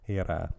era